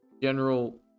General